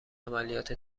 عملیات